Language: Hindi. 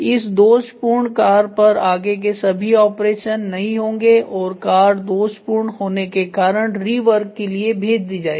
इस दोषपूर्ण कार पर आगे के सभी ऑपरेशन नहीं होंगे और कार दोषपूर्ण होने के कारण री वर्क के लिए भेज दी जाएगी